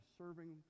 serving